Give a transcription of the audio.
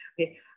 Okay